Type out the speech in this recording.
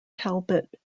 talbot